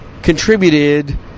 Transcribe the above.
Contributed